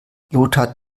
lothar